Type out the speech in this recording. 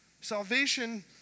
Salvation